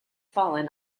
fallen